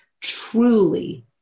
truly